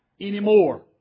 anymore